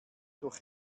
durch